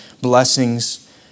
blessings